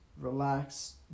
relax